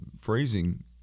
phrasing